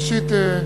ראשית,